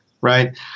right